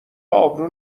ابرو